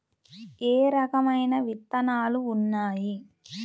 ఏ రకమైన విత్తనాలు ఉన్నాయి?